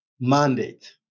Mandate